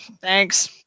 Thanks